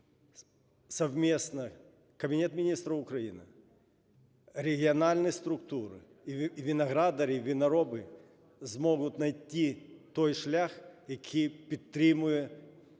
совместно Кабінет Міністрів України, регіональні структури і виноградарі, винороби зможуть найти той шлях, який підтримує